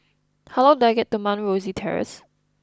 how long do I get to Mount Rosie Terrace